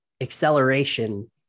acceleration